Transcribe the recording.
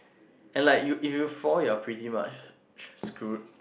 and like you if you fall you are pretty much screwed